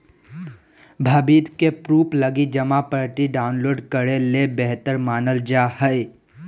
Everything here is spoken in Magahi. भविष्य के प्रूफ लगी जमा पर्ची डाउनलोड करे ल बेहतर मानल जा हय